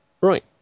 Right